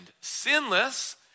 Sinless